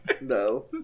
No